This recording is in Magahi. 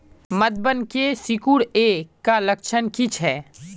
पतबन के सिकुड़ ऐ का लक्षण कीछै?